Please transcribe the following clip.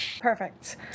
Perfect